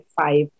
five